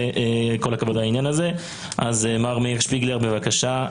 מר מאיר שפיגלר, בבקשה.